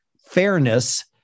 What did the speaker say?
fairness